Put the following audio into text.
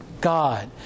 God